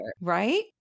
right